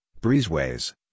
breezeways